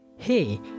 hey